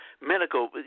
medical